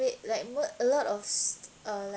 like wh~ a lot of uh like